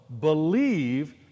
believe